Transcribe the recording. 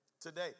Today